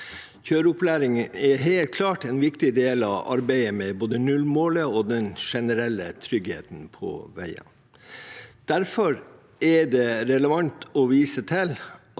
Kjøreopplæring er helt klart en viktig del av arbeidet med både nullmålet og den generelle tryggheten på veiene. Derfor er det relevant å vise til